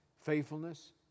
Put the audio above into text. faithfulness